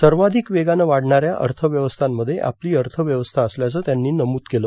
सर्वाधिक वेगानं वाढणाऱ्या अर्थव्यवस्थांमध्ये आपली अर्थव्यवस्था असल्याचं त्यांनी नमूद केलं